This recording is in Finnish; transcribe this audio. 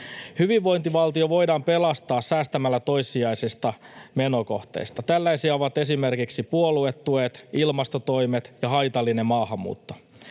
Hyvinvointivaltio voidaan pelastaa säästämällä toissijaisista menokohteista. Tällaisia ovat esimerkiksi puoluetuet, ilmastotoimet ja haitallinen maahanmuutto.